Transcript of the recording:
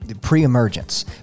pre-emergence